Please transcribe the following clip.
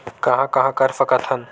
कहां कहां कर सकथन?